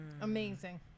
Amazing